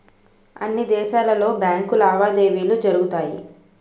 అన్ని దేశాలలో బ్యాంకు లావాదేవీలు జరుగుతాయి